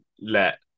let